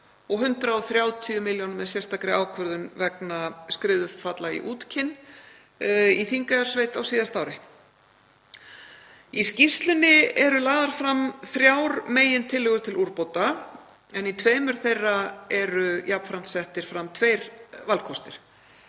og 130 milljónir með sérstakri ákvörðun vegna skriðufalla í Útkinn í Þingeyjarsveit á síðasta ári. Í skýrslunni eru lagðar fram þrjár megintillögur til úrbóta en í tveimur þeirra eru jafnframt settir fram tveir valkostir.